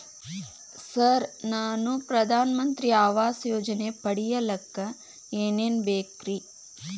Sir ನಾನು ಪ್ರಧಾನ ಮಂತ್ರಿ ಆವಾಸ್ ಯೋಜನೆ ಪಡಿಯಲ್ಲಿಕ್ಕ್ ಏನ್ ಏನ್ ಬೇಕ್ರಿ?